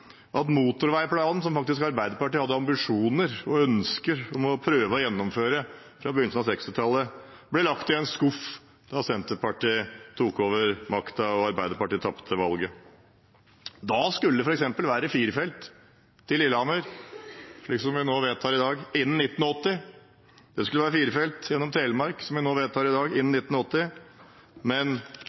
at motorveiplanen som Arbeiderpartiet faktisk hadde ambisjoner og ønsker om å prøve å gjennomføre fra begynnelsen av 1960-tallet, ble lagt i en skuff da Senterpartiet tok over makten og Arbeiderpartiet tapte valget. Da skulle det f.eks. være fire felt til Lillehammer, som vi vedtar i dag, innen 1980. Det skulle være fire felt gjennom Telemark, som vi vedtar i dag, innen 1980. Men